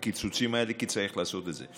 הקיצוצים האלה, כי צריך לעשות את זה.